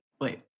wait